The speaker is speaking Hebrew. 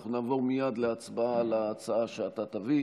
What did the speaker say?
אנחנו נעבור מייד להצבעה על ההצעה שאתה תביא.